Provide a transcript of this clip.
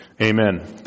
Amen